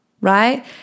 Right